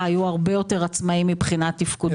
היו הרבה יותר עצמאיים מבחינה תפקודית.